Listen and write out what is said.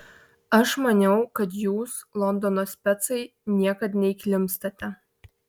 aš maniau kad jūs londono specai niekad neįklimpstate